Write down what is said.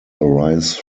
arise